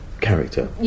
character